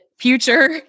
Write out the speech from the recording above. future